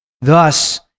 Thus